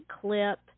clip